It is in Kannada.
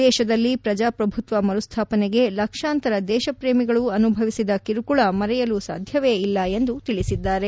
ದೇಶದಲ್ಲಿ ಪ್ರಜಾಪ್ರಭುತ್ವ ಮರುಸ್ಥಾಪನೆಗೆ ಲಕ್ಷಾಂತರ ದೇಶ ಪ್ರೇಮಿಗಳು ಅನುಭವಿಸಿದ ಕಿರುಕುಳ ಮರೆಯಲು ಸಾಧ್ಯವೇ ಇಲ್ಲ ಎಂದು ತಿಳಿಸಿದ್ದಾರೆ